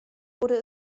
wurde